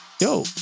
yo